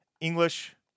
English